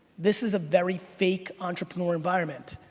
this is a very fake entrepreneur environment.